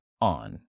on